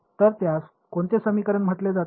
तर त्यास कोणते समीकरण म्हटले जाते